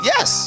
Yes